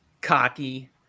Cocky